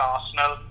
Arsenal